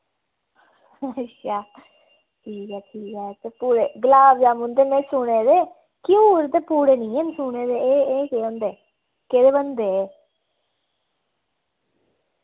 अच्छा ठीक ऐ ठीक ऐ ते पूरे गलाब जामुन ते में सुने दे घ्यूर ते पूड़े नेईं हैन सुने दे ते एह् एह् केह् होंदे केह्दे बनदे एह्